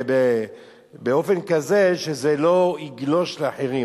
באופן כזה שזה לא יגלוש לאחרים.